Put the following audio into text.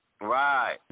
Right